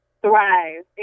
thrive